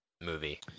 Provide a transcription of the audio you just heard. Movie